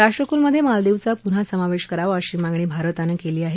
राष्ट्रक्लमधे मालदीवचा प्न्हा समावेश करावा अशी मागणी भारतानं केली आहे